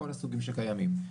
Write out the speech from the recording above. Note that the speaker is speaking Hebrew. כל הסוגים שקיימים,